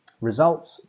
Results